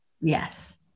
Yes